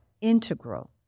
integral